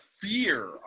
fear